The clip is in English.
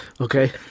Okay